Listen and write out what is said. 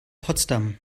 potsdam